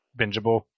bingeable